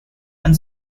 and